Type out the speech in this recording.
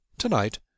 Tonight